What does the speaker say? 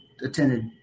attended